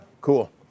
Cool